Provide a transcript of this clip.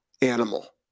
animal